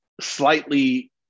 slightly